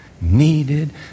needed